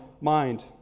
mind